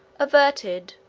averted,